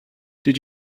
did